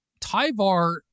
Tyvar